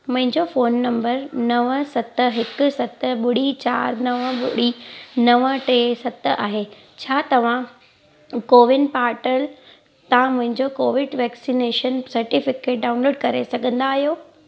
मुंहिंजो phone number नव सत हिकु सत ॿुड़ी चारि नव ॿुड़ी नव टे सत आहे छा तव्हां कोविन पार्टल तां मुंहिंजो कोविड वैक्सीनेशन सर्टिफिकेट डाउनलोड करे सघंदा आहियो